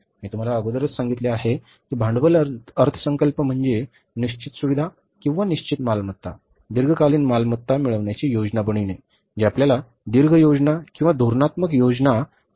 मी तुम्हाला अगोदरच सांगितले आहे की भांडवल अर्थसंकल्प म्हणजे निश्चित सुविधा किंवा निश्चित मालमत्ता दीर्घकालीन मालमत्ता मिळवण्याची योजना बनविणे जे आपल्या दीर्घ योजना किंवा धोरणात्मक योजना साध्य करण्यात आम्हाला मदत करू शकते